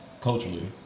culturally